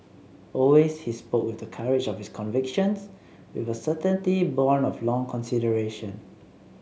always he spoke with the courage of his convictions with a certainty born of long consideration